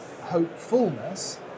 hopefulness